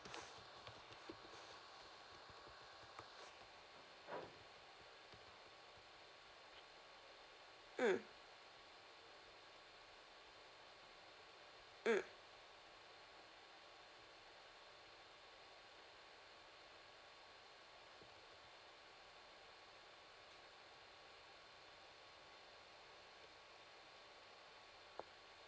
mm mm